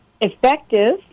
effective